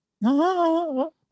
No